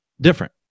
different